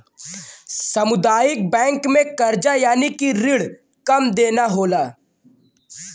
सामुदायिक बैंक में करजा यानि की रिण कम देना होला